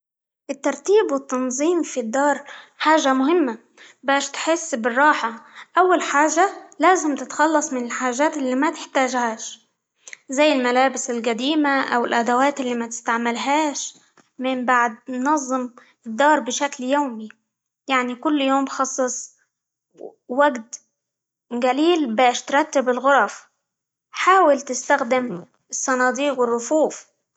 الترتيب، والتنظيم في الدار حاجة مهمة، باش تحس بالراحة، أول حاجة لازم تتخلص من الحاجات اللي ما تحتاجهاش، زي الملابس القديمة، أو الأدوات اللي ما تستعملهاش، من بعد ننظم الدار بشكل يومي، يعني كل يوم خصص وقت قليل؛ باش ترتب الغرف. حاول تستخدم الصناديق، والرفوف.